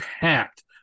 packed